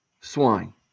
swine